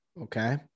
Okay